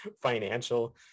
financial